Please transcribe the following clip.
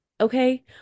okay